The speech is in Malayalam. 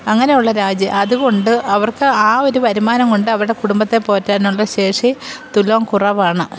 അങ്ങനെയുള്ള രാജ്യം അതുകൊണ്ട് അവർക്ക് ഒരു വരുമാനംകൊണ്ട് അവരുടെ കുടുംബത്തെ പോറ്റാനുള്ള ശേഷി തുലോം കുറവാണ്